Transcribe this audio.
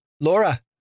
Laura